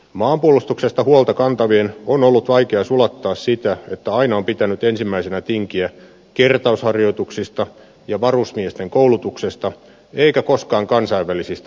maanpuolustuksesta huolta kantavien on ollut vaikea sulattaa sitä että aina on pitänyt ensimmäisenä tinkiä kertausharjoituksista ja varusmiesten koulutuksesta eikä koskaan kansainväli sistä operaatioista